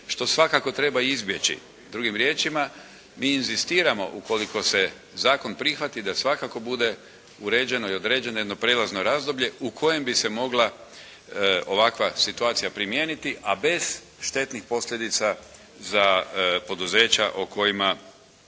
što svakako treba izbjeći. Drugim riječima mi inzistiramo ukoliko se zakon prihvati da svakako bude uređeno i određeno jedno prijelazno razdoblje u kojem bi se mogla ovakva situacija primijeniti, a bez štetnih posljedica za poduzeća o kojima